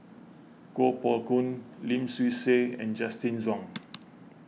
Kuo Pao Kun Lim Swee Say and Justin Zhuang